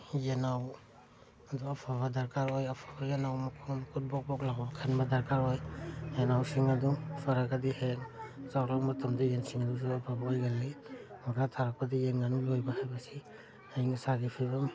ꯌꯦꯟꯅꯥꯎ ꯑꯗꯣ ꯑꯐꯕ ꯗꯔꯀꯥꯔ ꯑꯣꯏ ꯑꯐꯕ ꯌꯦꯟꯅꯥꯎ ꯃꯈꯣꯡ ꯃꯈꯨꯠ ꯕꯣꯛ ꯕꯣꯛ ꯂꯥꯎꯕ ꯈꯟꯕ ꯗꯔꯀꯥꯔ ꯑꯣꯏ ꯌꯦꯟꯅꯥꯎꯁꯤꯡ ꯑꯗꯣ ꯐꯔꯒꯗꯤ ꯍꯦꯛ ꯆꯥꯎꯔꯛꯄ ꯃꯇꯝꯗ ꯌꯦꯟꯁꯤꯡ ꯑꯗꯨꯁꯨ ꯑꯐꯕ ꯑꯣꯏꯒꯜꯂꯤ ꯃꯈꯥ ꯇꯥꯔꯛꯄꯗ ꯌꯦꯟ ꯉꯥꯅꯨ ꯂꯣꯏꯕ ꯍꯥꯏꯕꯁꯤ ꯑꯌꯤꯡ ꯑꯁꯥꯒꯤ ꯐꯤꯕꯝ